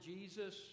Jesus